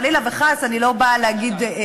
חלילה וחס אני לא באה להגיד,